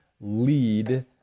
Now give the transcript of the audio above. lead